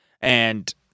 and-